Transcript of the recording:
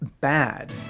bad